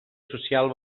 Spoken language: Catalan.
social